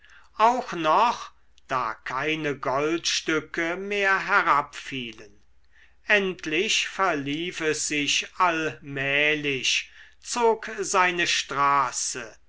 auch noch da keine goldstücke mehr herabfielen endlich verlief es sich allmählich zog seine straße